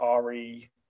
RE